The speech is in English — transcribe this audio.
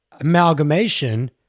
amalgamation